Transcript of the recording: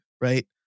right